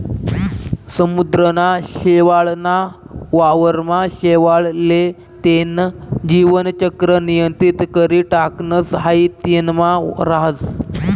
समुद्रना शेवाळ ना वावर मा शेवाळ ले तेन जीवन चक्र नियंत्रित करी टाकणस हाई तेनमा राहस